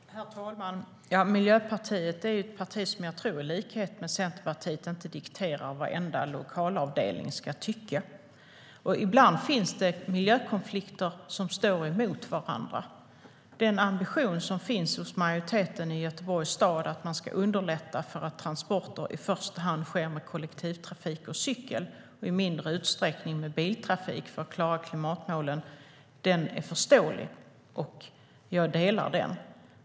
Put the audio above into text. Herr talman! Miljöpartiet är ett parti som i likhet med Centerpartiet, tror jag, inte dikterar vad varenda lokalavdelning ska tycka. Ibland står miljökonflikter mot varandra. Den ambition som finns hos majoriteten i Göteborgs stad att man ska underlätta att transporter i första sker med kollektivtrafik och cykel och i mindre utsträckning med biltrafik för att klara klimatmålen är förståelig, och jag delar den.